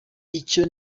icyo